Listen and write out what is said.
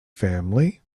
family